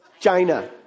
China